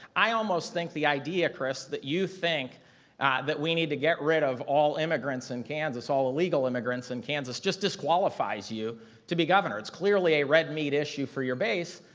i almost think the idea, kris, that you think we need to get rid of all immigrants in kansas, all illegal immigrants in kansas, just disqualifies you to be governor. it's clearly a red meat issue for your base,